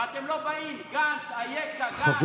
גנץ לא נמצא.